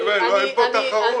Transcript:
אין כאן תחרות.